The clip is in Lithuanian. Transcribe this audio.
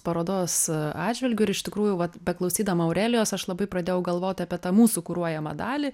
parodos atžvilgiu ir iš tikrųjų vat beklausydama aurelijos aš labai pradėjau galvot apie tą mūsų kuruojamą dalį